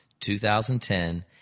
2010